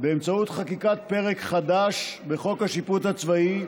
באמצעות חקיקת פרק חדש בחוק השיפוט הצבאי,